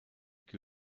que